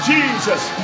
Jesus